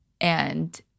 And-